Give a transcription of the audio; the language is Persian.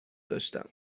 داشتم